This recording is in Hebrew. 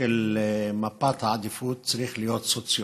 של מפת העדיפות צריך להיות סוציו-אקונומי,